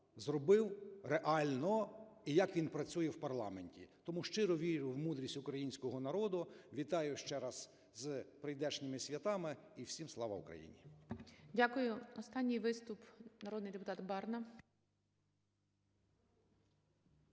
зробив реально і як він працює в парламенті. Тому щиро вірю в мудрість українського народу. Вітаю ще раз з прийдешніми святами! І всім Слава Україні! ГОЛОВУЮЧИЙ. Дякую. Останній виступ - народний депутат Барна.